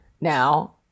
now